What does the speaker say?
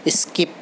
skip